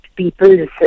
People's